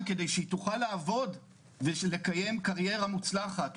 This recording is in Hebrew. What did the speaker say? כדי שהיא תוכל לעבוד ולקיים קריירה מוצלחת,